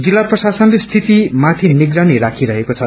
जिल्ल प्रशासनले स्थिति माथिनिगरानी राखिरहेको छ